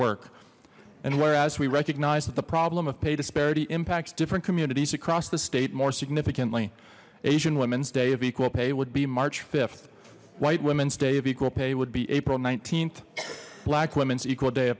work and whereas we recognize that the problem of pay disparity impacts different communities across the state more significantly asian women's day of equal pay would be march th white women's day of equal pay would be april th black women's equal day